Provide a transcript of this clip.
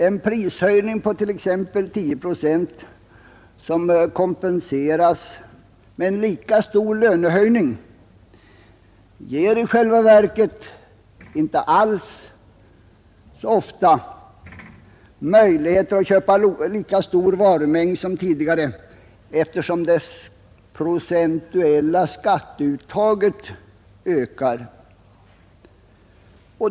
En prishöjning på t.ex. 10 procent som kompenseras med en lika stor lönehöjning ger i själva verket ofta inte alls möjlighet att köpa lika stor varumängd som tidigare, eftersom det procentuella skatteuttaget ökar.